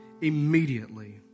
immediately